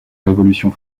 révolution